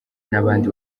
n’abandi